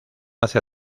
hace